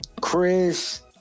Chris